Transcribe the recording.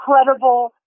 incredible